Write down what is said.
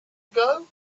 ago